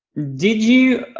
did you